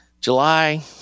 July